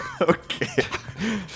Okay